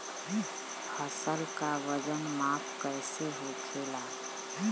फसल का वजन माप कैसे होखेला?